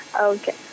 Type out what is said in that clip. Okay